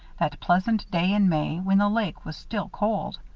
that pleasant day in may, when the lake was still cold.